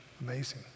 Amazing